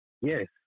Yes